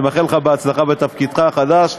אני מאחל לך בהצלחה בתפקידך החדש.